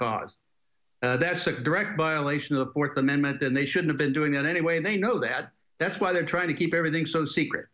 cause that's a direct violation of the fourth amendment and they shouldn't be doing that anyway they know that that's why they're trying to keep everything so secret